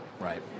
Right